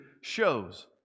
shows